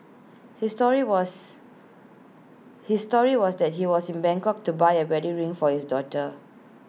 his story was his story was that he was in Bangkok to buy A wedding ring for his daughter